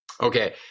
Okay